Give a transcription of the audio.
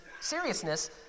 seriousness